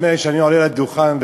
כשאני עולה לדוכן,